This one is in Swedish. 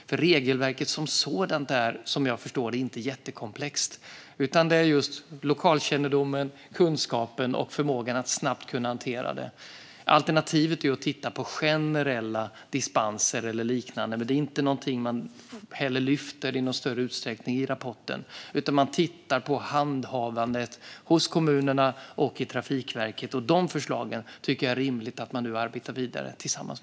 Regelverket som sådant är, vad jag förstår, inte jättekomplext. Det handlar om lokalkännedomen, kunskapen och förmågan att snabbt hantera detta. Alternativet är att titta på generella dispenser eller liknande, men det är ingenting man i någon större utsträckning lyfter i rapporten. Man tittar på handhavandet hos kommunerna och i Trafikverket, och de förslagen tycker jag att det är rimligt att nu arbeta vidare med tillsammans.